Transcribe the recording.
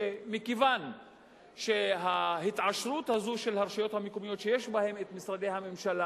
שמכיוון שההתעשרות הזאת של הרשויות המקומיות שיש בהן משרדי ממשלה